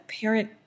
parent